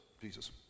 Jesus